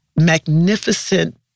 magnificent